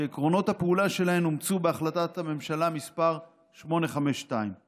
שעקרונות הפעולה שלהן אומצו בהחלטה 852 של הממשלה.